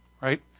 right